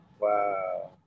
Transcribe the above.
Wow